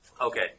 Okay